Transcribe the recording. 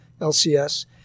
LCS